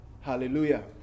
Hallelujah